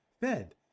fed